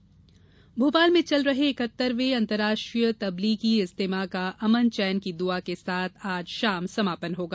इज्तिमा भोपाल में चल रहे इकहत्तरवें अंतर्राष्ट्रीय तब्लीगी इज्तिमे का अमन चैन की दुआ के साथ आज शाम समापन होगा